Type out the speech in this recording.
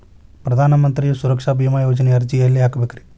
ಪ್ರಧಾನ ಮಂತ್ರಿ ಸುರಕ್ಷಾ ಭೇಮಾ ಯೋಜನೆ ಅರ್ಜಿ ಎಲ್ಲಿ ಹಾಕಬೇಕ್ರಿ?